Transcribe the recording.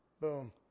Boom